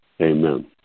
Amen